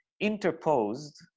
interposed